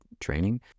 training